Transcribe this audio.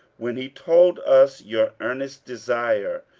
when he told us your earnest desire,